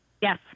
Yes